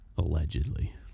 Allegedly